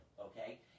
okay